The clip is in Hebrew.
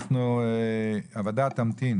הוועדה תמתין